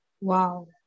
Wow